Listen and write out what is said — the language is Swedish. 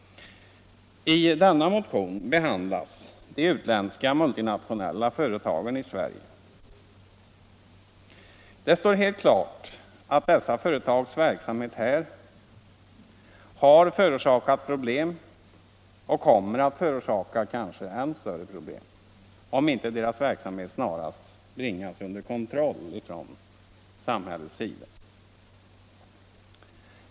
I denna motion behandlas de utländska, multinationella företagen i Sverige. Det står helt klart att dessa företags verksamhet här har förorsakat problem och kommer att förorsaka än större problem, om inte deras verksamhet snarast bringas under kontroll från samhällets sida.